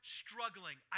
struggling